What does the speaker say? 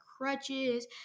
crutches